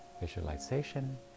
visualization